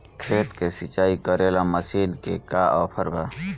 खेत के सिंचाई करेला मशीन के का ऑफर बा?